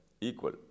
equal